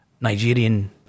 Nigerian